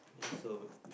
so